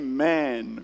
Amen